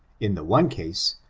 in the one case,